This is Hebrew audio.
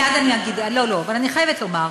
מייד אני אגיד, לא, לא, אבל אני חייבת לומר.